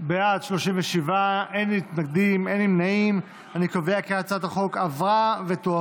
להעביר את הצעת חוק למניעת אלימות במשפחה (תיקון,